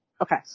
Okay